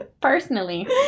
personally